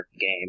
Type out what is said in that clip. game